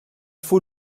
faut